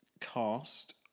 cast